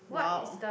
!wow!